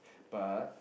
but